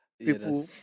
people